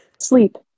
sleep